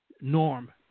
norm